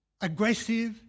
aggressive